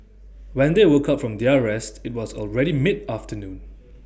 when they woke up from their rest IT was already mid afternoon